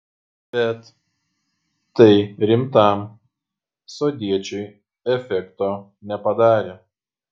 bet tai rimtam sodiečiui efekto nepadarė